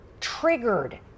triggered